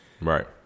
Right